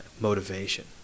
motivation